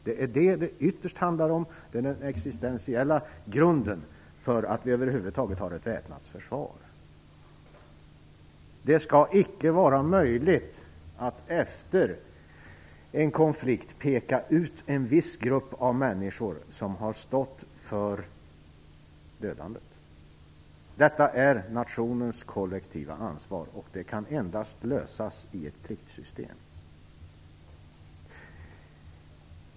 Det är vad det ytterst handlar om; det är den existentiella grunden för att vi över huvud taget har ett väpnat försvar. Det skall icke vara möjligt att efter en konflikt peka ut en viss grupp av människor som har stått för dödandet. Detta är nationens kollektiva ansvar, och det kan endast lösas i ett pliktsystem.